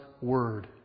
Word